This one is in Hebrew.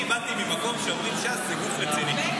אני באתי ממקום שאומרים שש"ס זה גוף רציני.